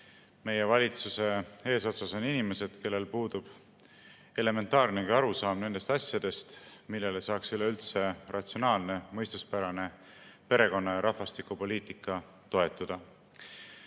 meie valitsuse eesotsas on inimesed, kellel puudub elementaarnegi arusaam nendest asjadest, millele saaks üleüldse ratsionaalne, mõistuspärane perekonna‑ ja rahvastikupoliitika toetuda.Me